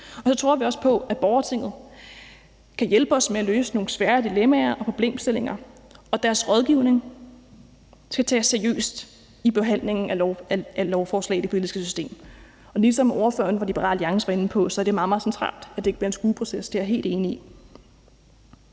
og så tror vi også på, at borgertinget kan hjælpe os med at løse nogle svære dilemmaer og problemstillinger, og deres rådgivning skal tages seriøst i behandlingen af lovforslag i det politiske system. Og ligesom ordføreren for Liberal Alliance var inde på, er det meget, meget centralt, at det ikke bliver en skueproces; det er jeg helt enig i.